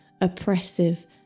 oppressive